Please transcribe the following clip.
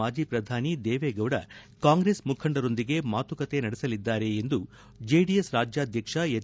ಮಾಜಿ ಪ್ರಧಾನಿ ದೇವೇಗೌಡ ಕಾಂಗ್ರೆಸ್ ಮುಖಂಡರೊಂದಿಗೆ ಮಾತುಕತೆ ನಡೆಸಲಿದ್ದಾರೆ ಎಂದು ಜೆಡಿಎಸ್ ರಾಜ್ಲಾಧ್ಯಕ್ಷ ಎಚ್